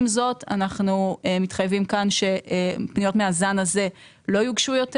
עם זאת אנחנו מתחייבים כאן שפניות מהזן הזה לא יוגשו יותר